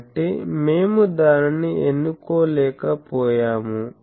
కాబట్టి మేము దానిని ఎన్నుకోలేకపోయాము